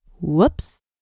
Whoops